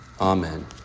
Amen